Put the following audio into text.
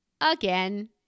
again